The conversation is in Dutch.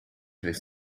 heeft